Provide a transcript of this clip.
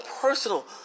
personal